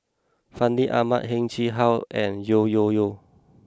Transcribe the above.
Fandi Ahmad Heng Chee How and Yeo Yeow Kwang